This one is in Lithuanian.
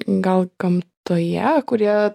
gal gamtoje kurie